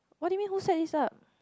what do you mean who set this up